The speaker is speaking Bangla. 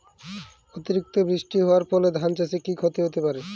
অতিরিক্ত বৃষ্টি হওয়ার ফলে ধান চাষে কি ক্ষতি হতে পারে?